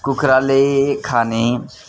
कुखुराले खाने